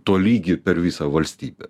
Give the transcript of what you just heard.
tolygi per visą valstybę